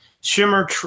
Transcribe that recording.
Shimmer